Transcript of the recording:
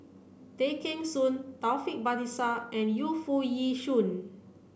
Tay Kheng Soon Taufik Batisah and Yu Foo Yee Shoon